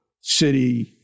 City